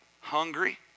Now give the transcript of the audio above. hungry